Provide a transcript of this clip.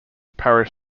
parish